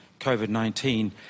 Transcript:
COVID-19